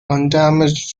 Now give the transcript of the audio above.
undamaged